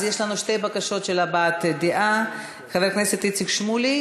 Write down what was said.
אז יש לנו שתי בקשות הבעת דעה: חבר הכנסת איציק שמולי,